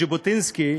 ז'בוטינסקי,